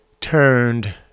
turned